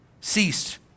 ceased